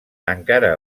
encara